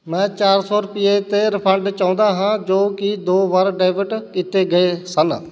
ਮੈਂ ਚਾਰ ਸੌ ਰੁਪਈਏ 'ਤੇ ਰਿਫੰਡ ਚਾਹੁੰਦਾ ਹਾਂ ਜੋ ਕਿ ਦੋ ਵਾਰ ਡੈਬਿਟ ਕੀਤੇ ਗਏ ਸਨ